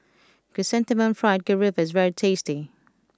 Chrysanthemum Fried Garoupa is very tasty